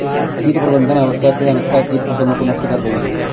कीट प्रबंधन आवश्यक है अन्यथा कीट फसलों को नष्ट कर देंगे